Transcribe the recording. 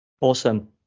Awesome